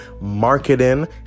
marketing